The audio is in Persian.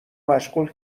مشغول